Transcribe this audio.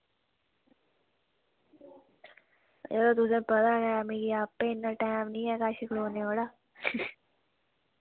ते ओह् तुसेंगी पता गै मिगी आपें बी इन्ना टैम निं ऐ कश खड़ोने ओड़ा